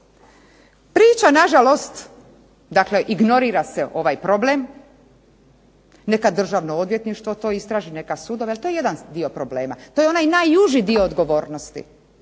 Priča nažalost, dakle ignorira se ovaj problem. Neka državno odvjetništvo to istraži, neka sudovi ali to je jedan dio problema, to je onaj najuži dio odgovornosti.